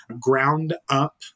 ground-up